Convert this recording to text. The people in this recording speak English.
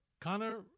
Connor